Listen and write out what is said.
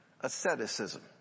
Asceticism